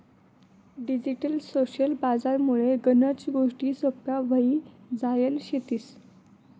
digital social बजार मुळे गनच गोष्टी सोप्प्या व्हई जायल शेतीस